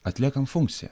atliekam funkciją